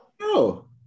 No